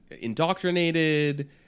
indoctrinated